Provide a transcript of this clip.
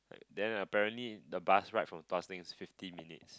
then apparently the bus ride from Tuas Link is fifty minutes